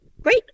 Great